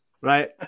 Right